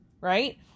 right